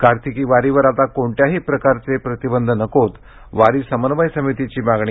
कार्तिकी वारीवर आता कोणत्याही प्रकारचे प्रतिबंध नकोत वारी समन्वय समितीची मागणी